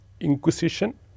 Inquisition